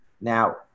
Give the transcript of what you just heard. Now